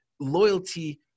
loyalty